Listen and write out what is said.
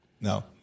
no